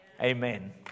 Amen